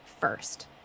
first